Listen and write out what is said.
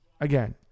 Again